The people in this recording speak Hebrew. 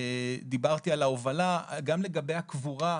גם לגבי הקבורה,